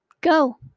go